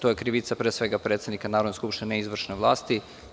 To je krivica, pre svega, predsednika Narodne skupštine, ne izvršne vlasti.